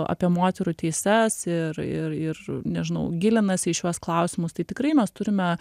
apie moterų teises ir ir ir nežinau gilinasi į šiuos klausimus tai tikrai mes turime